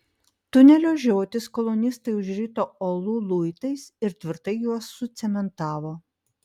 tunelio žiotis kolonistai užrito uolų luitais ir tvirtai juos sucementavo